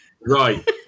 Right